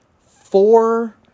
Four